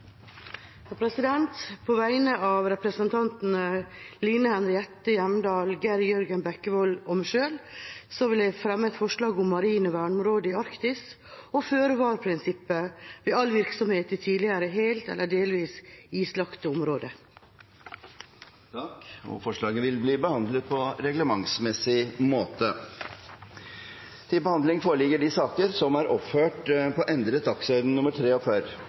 På vegne av stortingsrepresentantene Line Henriette Hjemdal, Geir Jørgen Bekkevold og meg selv vil jeg fremme et forslag om marine verneområder i Arktis og føre var-prinsippet ved all virksomhet i tidligere helt eller delvis islagte områder. Forslaget vil bli behandlet på reglementsmessig måte. Det skal velges nytt varamedlem til valgkomiteen etter at Frank Bakke-Jensen er